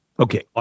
Okay